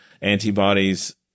antibodies